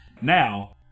Now